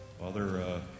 Father